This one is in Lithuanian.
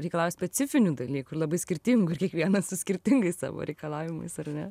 reikalauja specifinių dalykų ir labai skirtingų ir kiekvienas su skirtingais savo reikalavimais ar ne